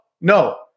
no